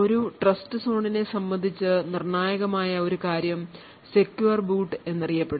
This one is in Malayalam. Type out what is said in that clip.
ഒരു ട്രസ്റ്റ്സോണിനെ സംബന്ധിച്ച് നിർണായകമായ ഒരു കാര്യം secure ബൂട്ട് എന്നറിയപ്പെടുന്നു